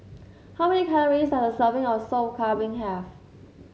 how many calories does a serving of Sop Kambing have